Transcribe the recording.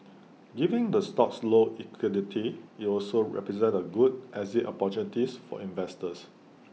given the stock's low liquidity IT also presents A good exit opportunity for investors